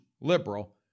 liberal